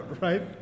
right